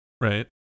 Right